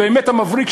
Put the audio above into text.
באמת המבריק,